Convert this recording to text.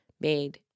Made